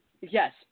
Yes